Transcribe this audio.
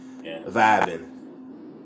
vibing